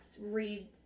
read